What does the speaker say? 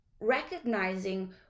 recognizing